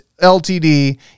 Ltd